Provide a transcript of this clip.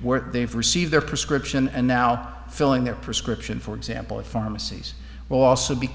where they've received their prescription and now filling their prescription for example at pharmacies will also be